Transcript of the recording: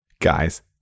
Guys